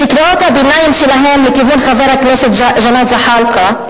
שקריאות הביניים שלהם לכיוון חבר הכנסת ג'מאל זחאלקה,